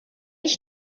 ich